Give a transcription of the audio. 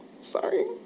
sorry